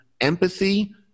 empathy